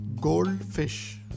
goldfish